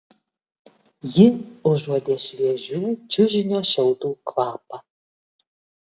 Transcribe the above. ji užuodė šviežių čiužinio šiaudų kvapą